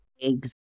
eggs